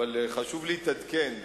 אבל חשוב להתעדכן.